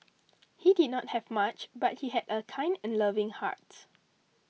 he did not have much but he had a kind and loving heart